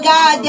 God